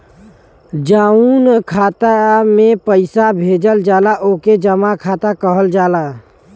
जउन खाता मे पइसा भेजल जाला ओके जमा खाता कहल जाला